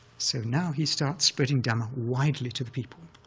so now he starts spreading dhamma widely to the people.